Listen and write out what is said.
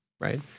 right